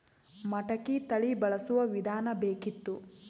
ಮಟಕಿ ತಳಿ ಬಳಸುವ ವಿಧಾನ ಬೇಕಿತ್ತು?